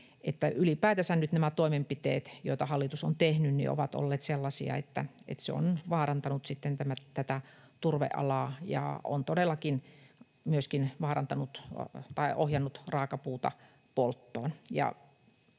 ylipäätänsä nyt nämä toimenpiteet, joita hallitus on tehnyt, ovat olleet sellaisia, että ne ovat vaarantaneet turvealaa ja todellakin myöskin ohjanneet raakapuuta polttoon.